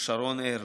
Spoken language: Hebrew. שרון ארליך.